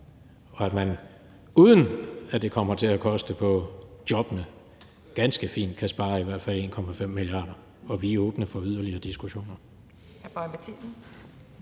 og at man, uden at det kommer til at koste job, ganske fint kan spare i hvert fald 1,5 mia. kr., og vi er åbne for yderligere diskussioner.